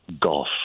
golf